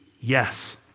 yes